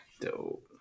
dope